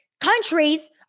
countries